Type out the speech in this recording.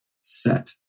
set